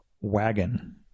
wagon